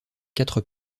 quatre